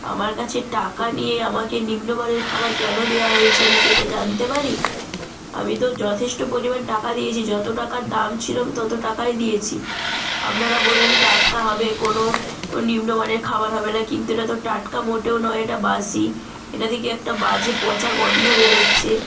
আমার কাছে টাকা নিয়ে আমাকে নিম্নমানের খাবার কেন দেওয়া হয়েছে আমি কি এটা জানতে পারি আমি তো যথেষ্ট পরিমাণ টাকা দিয়েছি যত টাকা দাম ছিল আমি তত টাকাই দিয়েছি আপনারা বললেন টাটকা হবে কোনো নিম্নমানের খাবার হবে না কিন্তু এটা তো টাটকা মোটেও নয় এটা বাসি এটা থেকে একটা বাজে পচা গন্ধ বেরোচ্ছে